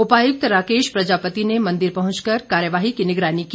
उपायुक्त राकेश प्रजापति ने मंदिर पहुंच कर कार्यवाही की निगरानी की